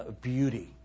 beauty